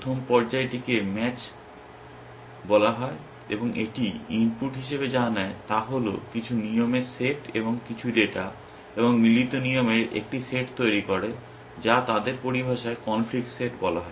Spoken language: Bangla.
প্রথম পর্যায়টিকে ম্যাচ বলা হয় এবং এটি ইনপুট হিসাবে যা নেয় তা হল কিছু নিয়মের সেট এবং কিছু ডেটা এবং মিলিত নিয়মের একটি সেট তৈরি করে যা তাদের পরিভাষায় কনফ্লিক্ট সেট বলা হয়